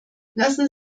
lassen